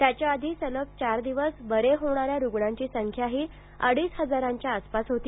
त्याच्याआधी सलग चार दिवस बरे होणाऱ्या रुग्णांची संख्याही अडीच हजारांच्या आसपास होती